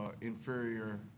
inferior